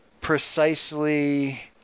precisely